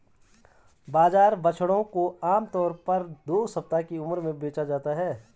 बाजार बछड़ों को आम तौर पर दो सप्ताह की उम्र में बेचा जाता है